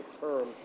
term